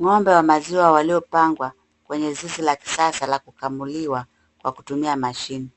Ng'ombe wa maziwa waliopangwa kwenye zizi la kisasa la kukamuliwa kwa kutumia mashini